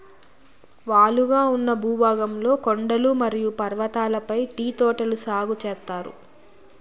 వాలుగా ఉన్న భూభాగంలో కొండలు మరియు పర్వతాలపై టీ తోటలు సాగు చేత్తారు